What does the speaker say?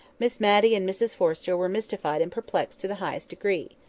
miss matty and mrs forrester were mystified and perplexed to the highest degree.